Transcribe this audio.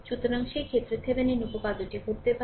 সুতরাং সেই ক্ষেত্রে Thevenin উপপাদ্যটি ঘটতে পারে